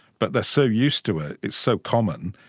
but they are so used to it, it's so common,